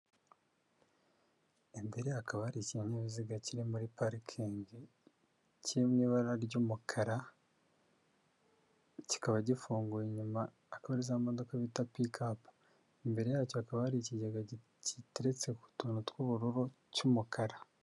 Imbere hakaba hari ikinyabiziga kiri muri parikingi kiri mu ibara ry'umukara kikaba gifunguye inyuma ari za modoka bita piki apu, imbere yacyo hakaba hari ikigega kiteretse ku tuntu tw'ubururu cy'umukara.